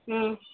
ம்